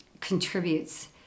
contributes